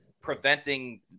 preventing